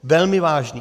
Velmi vážným!